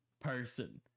person